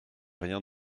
rien